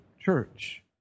church